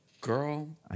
Girl